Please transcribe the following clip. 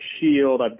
shield